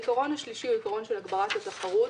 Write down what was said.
העיקרון השלישי הוא עיקרון של הגברת התחרות.